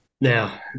Now